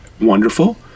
wonderful